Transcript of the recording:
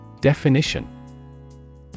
Definition